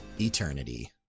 Eternity